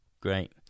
Great